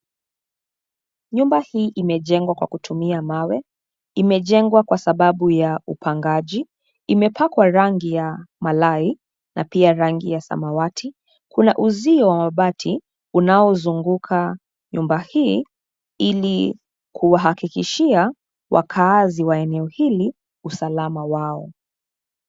Nyumba hii imejengwa kwa kutumia mawe, imejengwa kwa sababu ya upangaji, imepakwa rangi ya, malai, na pia rangi ya samawati, kuna uzio wa bati, unaozunguka, nyumba hii, ili, kuhakikishia, wakaazi wa eneo hili, usalama wao.